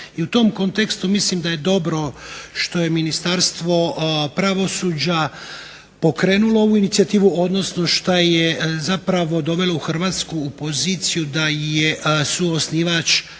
I u tom kontekstu mislim da je dobro što je Ministarstvo pravosuđa pokrenulo ovu inicijativu, odnosno šta je zapravo dovelo Hrvatsku u poziciju da je suosnivač